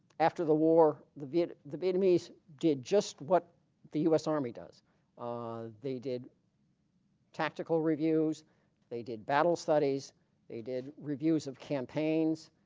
after the war the viet the vietnamese did just what the us army does they did tactical reviews they did battle studies they did reviews of campaigns